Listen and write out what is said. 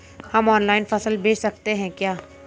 हम ऑनलाइन फसल बेच सकते हैं क्या?